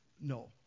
no